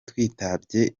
twitabye